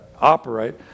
operate